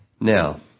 Now